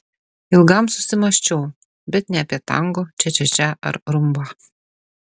ilgam susimąsčiau bet ne apie tango čia čia čia ar rumbą